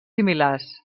similars